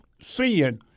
seeing